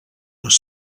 les